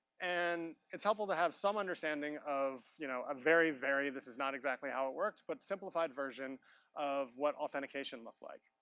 and it's helpful to have some understanding of a you know um very, very, this is not exactly how it worked, but simplified version of what authentication looked like.